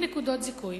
מביאים נקודות זיכוי.